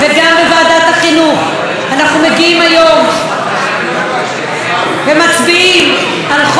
אנחנו מגיעים היום ומצביעים על חוק קולנוע שיעשה צדק